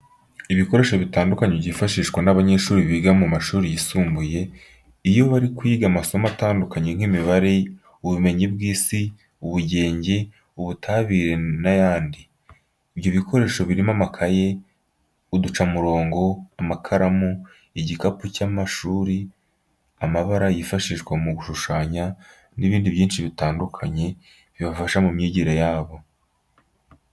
Ibikoresho bitandukanye byifashishwa n'abanyeshuri biga mu mashuri yisimbuye iyo bari kwiga amasomo atandukanye nk'imibare, ubumenyi bw'Isi, ubugenge, uibutabire ndetse n'ayandi. Ibyo bikoresho birimo amakayi, uducamurongo. amakaramu, igikapu cy'ishuri, amabara yifashishwa mu gushushanya n'ibindi byinshi bitandukanye bibafasha mu myigire yabo.